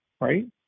right